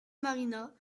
marina